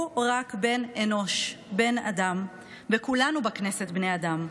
הוא רק בן אנוש, בן אדם, וכולנו בכנסת בני אדם,